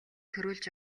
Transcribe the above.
төрүүлж